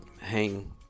hang